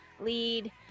lead